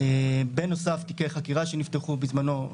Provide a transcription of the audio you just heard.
בנוסף תיקי חקירה שנפתחו בזמנו.